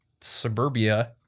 suburbia